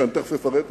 שאני תיכף אפרט אותם.